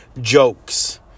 jokes